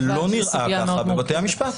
זה לא נראה ככה בבתי המשפט.